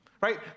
right